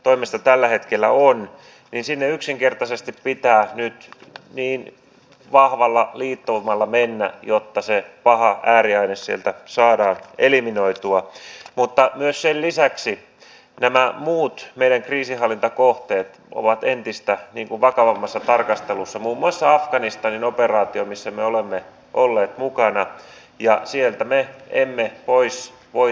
mehän emme voi sitä estää siinä vaiheessa kun he saavat sen oleskeluluvan mutta jotta tämä menisi mahdollisimman luontevasti ja meillä on se tieto siitä osaamisesta ja yrittämisen halusta niin koetetaan nyt ohjata niitä ihmisiä semmoisille alueille missä on kyseisestä osaamisesta tai yrittämisestä pulaa mutta pakottaa emme tietenkään voi